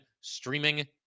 streaming